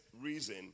reason